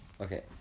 Okay